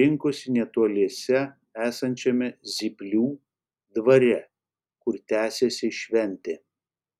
rinkosi netoliese esančiame zyplių dvare kur tęsėsi šventė